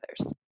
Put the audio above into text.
others